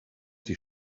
die